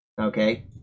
okay